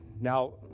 Now